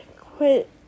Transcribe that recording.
Quit